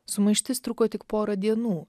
sumaištis truko tik porą dienų